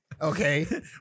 Okay